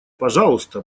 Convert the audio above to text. пожалуйста